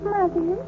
Mother